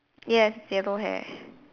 yes yellow hair